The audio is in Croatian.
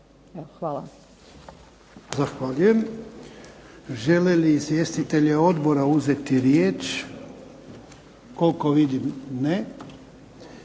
(HDZ)** Zahvaljujem. Žele li izvjestitelji odbora uzeti riječ? Koliko vidim ne.